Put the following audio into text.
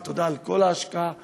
ותודה על ההשקעה והעבודה,